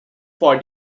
for